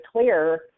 clear